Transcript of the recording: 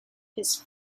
his